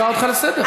אני אקרא אותך לסדר.